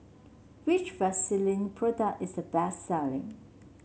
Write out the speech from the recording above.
which Vagisil product is the best selling